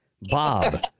Bob